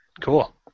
Cool